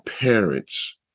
parents